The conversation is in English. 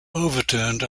overturned